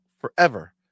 forever